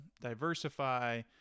diversify